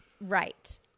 right